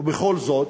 ובכל זאת,